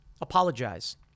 Apologize